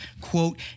quote